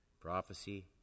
Prophecy